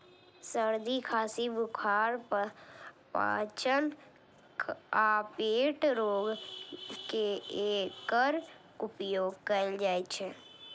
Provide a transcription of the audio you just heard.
सर्दी, खांसी, बुखार, पाचन आ पेट रोग मे एकर उपयोग कैल जाइ छै